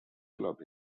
club